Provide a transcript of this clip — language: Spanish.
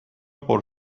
por